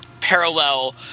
parallel